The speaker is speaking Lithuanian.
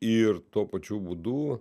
ir tuo pačiu būdu